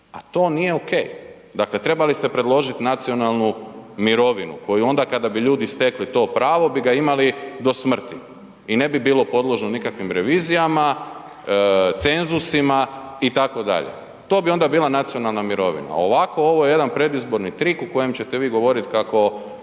a to nije ok. Dakle, trebali ste predložit nacionalnu mirovinu koju onda kada bi ljudi stekli to pravo bi ga imali do smrti. I ne bi bilo podložno nikakvim revizijama, cenzusima itd., to bi onda bila nacionalna mirovina a ovako ovo je jedan predizborni trik u kojem ćete vi govorit kako